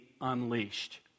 unleashed